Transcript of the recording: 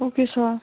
okay sir